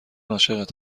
عاشقت